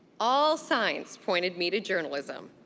all signs pointed me to journalism.